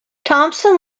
thompson